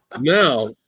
Now